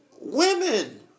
women